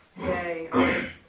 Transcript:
Yay